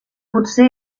potser